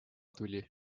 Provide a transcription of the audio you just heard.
tuli